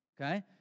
Okay